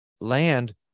land